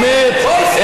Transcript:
באמת,